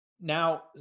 Now